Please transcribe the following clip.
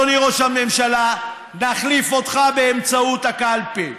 אדוני ראש הממשלה: נחליף אותך באמצעות הקלפי.